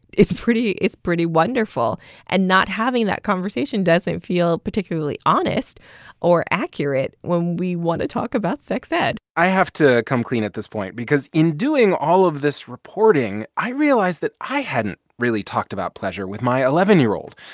it's pretty it's pretty wonderful and not having that conversation doesn't feel particularly honest or accurate when we want to talk about sex ed i have to come clean at this point. because in doing all of this reporting, i realized that i hadn't really talked about pleasure with my eleven year old.